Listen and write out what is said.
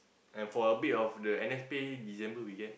and for a bit of the N_S pay December we get